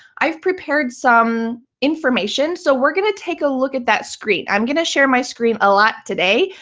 i've prepared some information. so we're going to take a look at that screen. i'm going to share my screen a lot today.